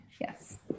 yes